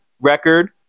record